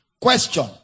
Question